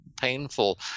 painful